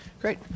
Great